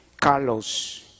Carlos